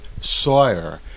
Sawyer